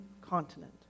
continent